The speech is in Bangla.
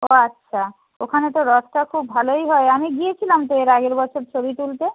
ও আচ্ছা ওখানে তো রথটা খুব ভালোই হয় আমি গিয়েছিলাম তো এর আগের বছর ছবি তুলতে